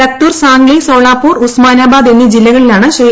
ലത്തൂർ സാംഗ്ളി സോളാപൂർ ഉസ്മാനാബാദ് എന്നീ ജില്ലകളിലാണ് ശ്രീ